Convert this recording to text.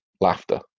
laughter